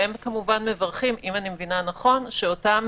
והם כמובן מברכים אם אני מבינה נכון שאותם